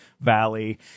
Valley